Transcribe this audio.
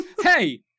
Hey